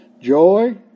joy